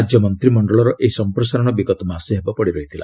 ରାଜ୍ୟ ମନ୍ତିମଣ୍ଡଳର ଏହି ସମ୍ପ୍ରସାରଣ ବିଗତ ମାସେ ହେବ ପଡ଼ି ରହିଥିଲା